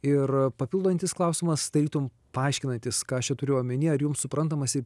ir papildantis klausimas tarytum paaiškinantis ką aš čia turiu omeny ar jums suprantamas